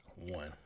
One